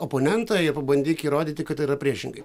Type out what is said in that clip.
oponentą ir pabandyk įrodyti kad tai yra priešingai